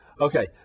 Okay